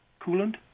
coolant